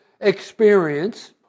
experience